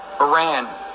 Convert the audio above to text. Iran